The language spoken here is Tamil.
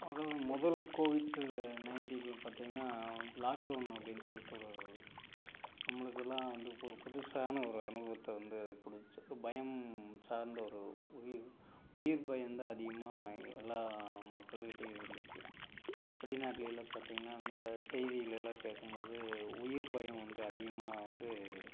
மொதல் முதல் கோவிட்டு நைன்டினில் பார்த்தீங்கனா லாக் டவுன் அப்படினு சொல்லிட்டு ஒரு நம்மளுக்கெல்லாம் வந்து ஒரு புதுசான ஒரு அனுபவத்தை வந்து கொடுத்துச்சு ஒரு பயம் சார்ந்த ஒரு உயிர் உயிர் பயம் தான் அதிகமாக எல்லா மக்கள் கிட்டேயும் இருந்துச்சு வெளிநாட்டில் எல்லாம் பார்த்தீங்கனா இந்த செய்தியில் எல்லாம் கேட்கும் போது உயிர் பயம் வந்து அதிகமாக வந்து